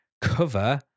cover